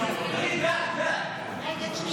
כהצעת הוועדה, נתקבל.